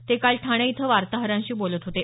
ते काल ठाणे इथं वार्ताहरांशी बोलत होते